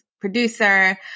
producer